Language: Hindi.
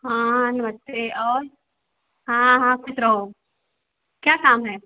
हाँ नमस्ते और हाँ हाँ खुश रहो क्या काम है